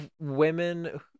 women